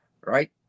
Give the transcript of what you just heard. right